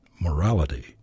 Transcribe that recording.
Morality